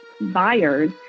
buyers